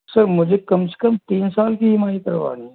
sir मुझे कम से कम तीन साल की ई एम आई करवानी है